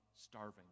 starving